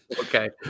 Okay